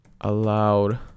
allowed